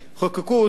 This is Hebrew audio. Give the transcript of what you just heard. חוקקו אותו,